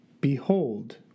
Behold